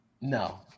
No